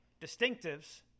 distinctives